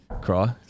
cry